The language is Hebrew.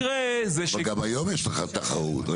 אבל גם היום יש לך תחרות.